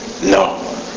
No